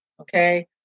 Okay